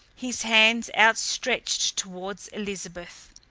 his hands outstretched towards elizabeth.